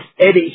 edit